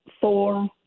four